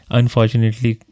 unfortunately